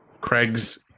Craig's